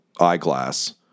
eyeglass